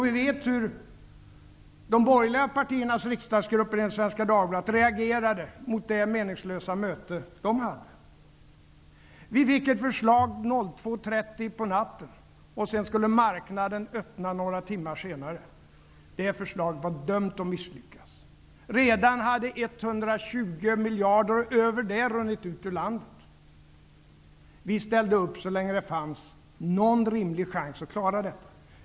Vi vet hur de borgerliga partiernas riksdagsgrupper, enligt Svenska Dagbladet, reagerade mot det meningslösa möte de hade. Vi fick ett förslag kl. 02.30 på natten, och marknaden skulle öppna några timmar senare. Det förslaget var dömt att misslyckas. Mer än 120 miljarder hade redan runnit ut ur landet. Vi ställde upp så länge det fanns någon rimlig chans att klara detta.